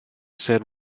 said